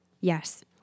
Yes